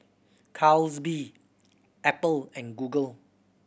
Calbee Apple and Google